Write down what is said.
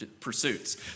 pursuits